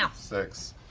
six,